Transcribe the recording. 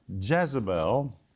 Jezebel